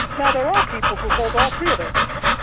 now there are people who hold all three of those views,